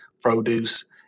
produce